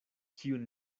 kiun